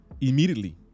Immediately